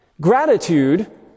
Gratitude